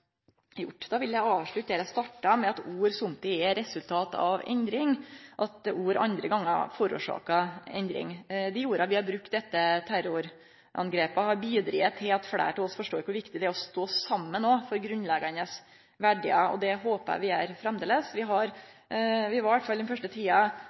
gjort. Då vil eg avslutte der eg starta, med at ord somtid er resultat av endring, og at ord andre gonger har vore årsaka til endring. Dei orda vi har brukt etter terrorangrepa, har bidrege til at fleire av oss forstår kor viktig det er å stå saman om grunnleggjande verdiar. Det håpar eg vi gjer framleis. Vi var iallfall den første tida